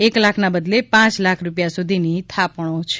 એક લાખના બદલે પાંચ લાખ રૂપિયા સુધીની થાપણો છે